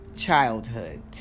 childhood